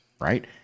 right